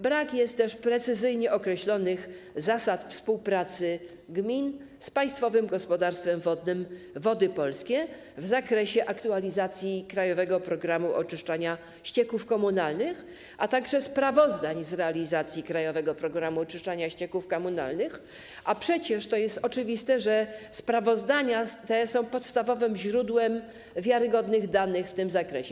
Brak jest też precyzyjnie określonych zasad współpracy gmin z Państwowym Gospodarstwem Wodnym Wody Polskie w zakresie aktualizacji ˝Krajowego programu oczyszczania ścieków komunalnych˝, a także sprawozdań z realizacji ˝Krajowego programu oczyszczania ścieków komunalnych˝, a przecież oczywiste jest to, że sprawozdania te są podstawowym źródłem wiarygodnych danych w tym zakresie.